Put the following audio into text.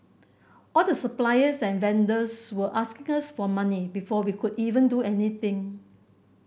all the suppliers and vendors were asking us for money before we could even do anything